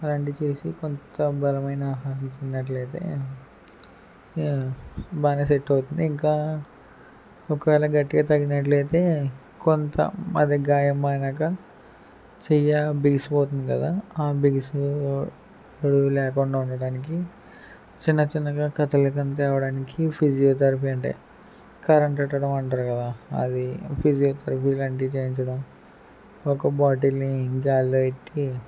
అలాంటివి చేసి కొంత బలమైన ఆహారం తిన్నట్లయితే ఇక బాగానే సెట్ అవుతుంది ఇంకా ఒకవేళ గట్టిగా తగిలినట్లయితే కొంత అదే గాయం మానాక చెయ్య బిగిసిపోతుంది కదా ఆ బిగిసి లేకుండా ఉండడానికి చిన్న చిన్నగా కట్టెల కింద తేవడానికి ఫిజియోథెరపీ అంటే కరెంట్ పెట్టడం అంటారు కదా అది ఫిజియోథెరపీ లాంటివి చేయించడం ఒక బాటిల్ని గాల్లో పెట్టి